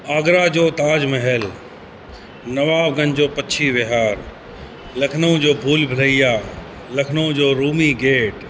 आगरा जो ताजमहेल नवागंज जो पछी विहार लखनऊ जो भूल भुलैया लखनऊ जो रूमी गेट